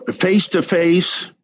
face-to-face